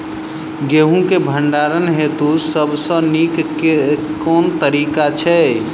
गेंहूँ केँ भण्डारण हेतु सबसँ नीक केँ तरीका छै?